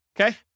okay